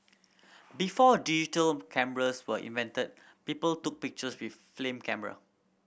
before digital cameras were invented people took pictures with flame camera